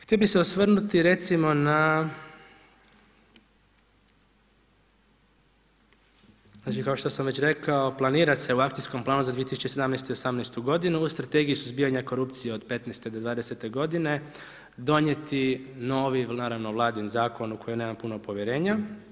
Htio bi se osvrnuti recimo na znači kao što sam već rekao, planira se u akcijskom planu za 2017. i 2018. g. u strategiju suzbijanja korupcije od 15-20 g. donijeti novi, naravno vladin zakon u koje nema puno povjerenja.